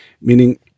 meaning